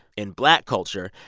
in black culture.